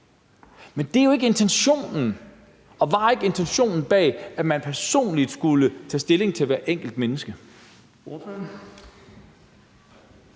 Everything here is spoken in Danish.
Men det er jo ikke intentionen og var ikke intentionen bag, at man personligt skulle tage stilling til hvert enkelt menneske.